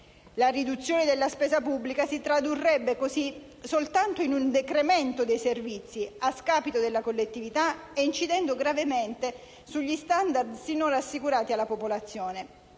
la riduzione della spesa pubblica si tradurrebbe così soltanto in un decremento dei servizi a scapito della collettività e inciderebbe gravemente sugli *standard* sinora assicurati alla popolazione.